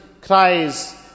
cries